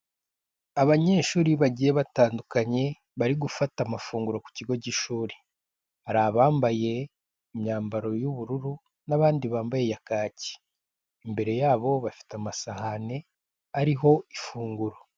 Abanyeshuri bagiye batandukanye bari gufata amafunguro ku kigo cy'ishuri, hari abambaye imyambaro y'ubururu n'abandi bambaye iya kacyi, imbere yabo bafite amasahani ariho ifunguro.